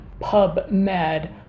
PubMed